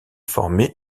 formé